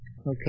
Okay